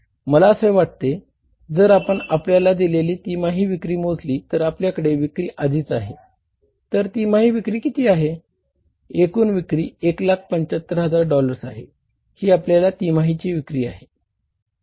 मला असे वाटते जर आपण आपल्याला दिलेली तिमाही विक्री मोजली तर आपल्याकडे विक्री आधीच आहे तर तिमाही विक्री किती आहे एकूण विक्री 175000 डॉलर्स आहे ही आपली तिमाही विक्री आहे